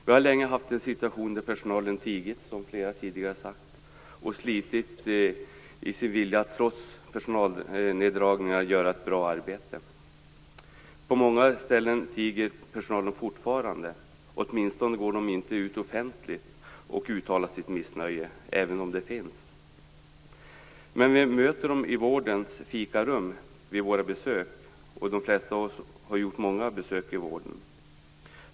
Vi har länge haft en situation, vilket flera talat om tidigare, där personalen tigit och slitit i sin vilja att trots personalneddragningar göra ett bra arbete. På många ställen tiger personalen fortfarande. De går åtminstone inte ut offentligt och uttalar sitt missnöje, även om ett sådant finns. Men vi möter personalen i vårdens fikarum vid våra besök, och de flesta av oss har gjort många besök i vården.